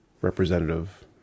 representative